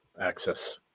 access